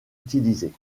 utilisées